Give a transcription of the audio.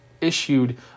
issued